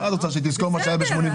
מה את רוצה, שהיא תזכור מה שהיה ב-1986?